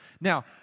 Now